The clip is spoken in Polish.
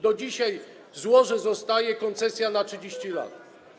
Do dzisiaj złoże zostaje, koncesja - na 30 lat.